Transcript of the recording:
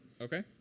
okay